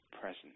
present